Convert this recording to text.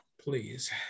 please